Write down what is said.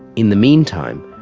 in the meantime,